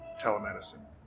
telemedicine